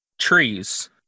trees